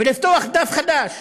ולפתוח דף חדש